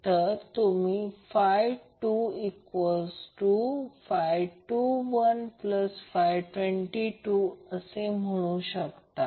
तर तुम्ही 22122 असे म्हणू शकता